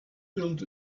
build